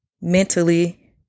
mentally